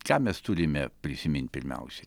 ką mes turime prisimint pirmiausiai